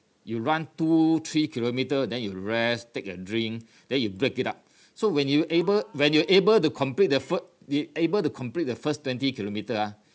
you run two three kilometre than you rest take a drink then you break it up so when you're able when you're able to complete the first you're able to complete the first twenty kilometre ah